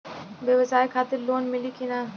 ब्यवसाय खातिर लोन मिली कि ना?